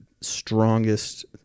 strongest